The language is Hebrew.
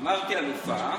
אמרתי אלופה.